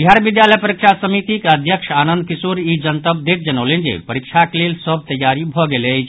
बिहार विद्यालय परीक्षा समितिक अध्यक्ष आनंद किशोर ई जनतब दैत जनौलनि जे परीक्षाक लेल सभ तैयारी भऽ गेल अछि